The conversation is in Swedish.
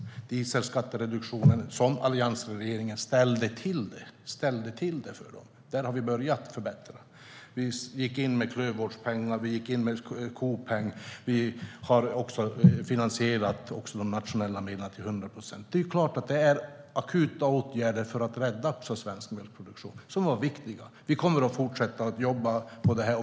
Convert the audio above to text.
Med dieselskattereduktionen ställde alliansregeringen till det för lantbrukarna. Där har vi börjat förbättra. Vi gick in med klövvårdspeng och med kopeng, och vi har finansierat de nationella medlen till hundra procent. Det var akuta åtgärder för att rädda svensk mjölkproduktion som är viktiga. Vi kommer att fortsätta jobba på det här.